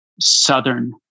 Southern